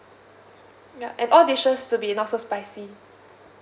ya and all dishes to be not so spicy